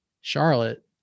Charlotte